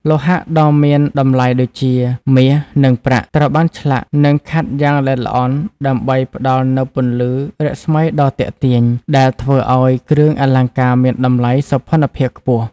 លោហៈដ៏មានតម្លៃដូចជា មាស និងប្រាក់ ត្រូវបានឆ្លាក់ និងខាត់យ៉ាងល្អិតល្អន់ ដើម្បីផ្តល់នូវពន្លឺរស្មីដ៏ទាក់ទាញ ដែលធ្វើឱ្យគ្រឿងអលង្ការមានតម្លៃសោភ័ណភាពខ្ពស់។